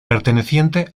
perteneciente